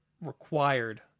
required